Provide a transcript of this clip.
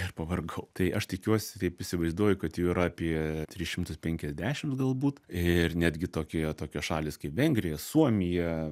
ir pavargau tai aš tikiuosi taip įsivaizduoju kad jų yra apie tris šimtus penkiasdešim galbūt ir netgi tokioje tokios šalys kaip vengrija suomija